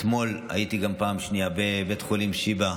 אתמול הייתי גם פעם שנייה בבית חולים שיבא,